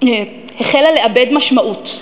החלה לאבד משמעות.